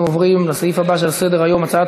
אנחנו עוברים לסעיף הבא שעל סדר-היום: הצעת